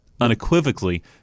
unequivocally